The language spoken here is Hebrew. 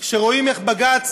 כשרואים איך בג"ץ